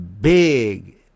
big